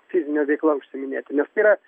fizine veikla užsiiminėti nes tai yra